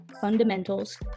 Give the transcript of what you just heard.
fundamentals